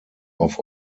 auf